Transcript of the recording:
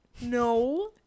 no